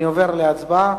אני עובר להצבעה.